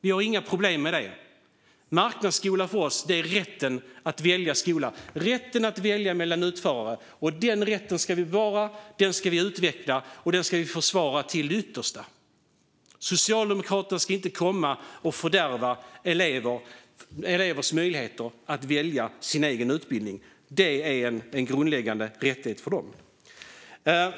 Vi har inga problem med det. Marknadsskola för oss är rätten att välja skola och rätten att välja mellan utförare. Den rätten ska vi bevara och utveckla och försvara till det yttersta. Socialdemokraterna ska inte komma och fördärva elevers möjligheter att välja sin egen utbildning. Det är en grundläggande rättighet för dem.